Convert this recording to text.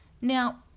Now